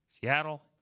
Seattle